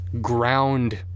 ground